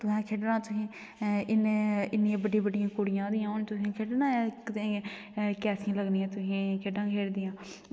तुसें खेढना तुसें इ'न्ने इ'न्नियां बड्डियां बड्डियां कुड़ियां होदियां हून तुसें खेढना इक ते कैसियां लगदियां तुसीं खेढां खेढदियां